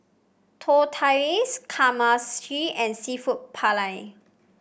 Tortillas Kamameshi and seafood Paella